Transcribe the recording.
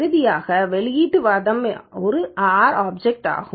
இறுதியாக வெளியீட்டு வாதம் என்பது ஒரு R ஆப்சக்ட்டைத் தரும்